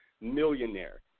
millionaire